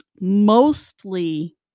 mostly